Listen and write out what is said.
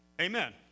Amen